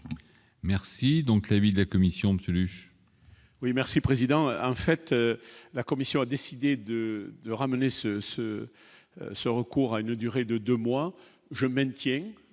Merci donc l'avis de la commission de. Oui merci président, en fait, la Commission a décidé de ramener ce ce, ce recours à une durée de 2 mois, je maintiens,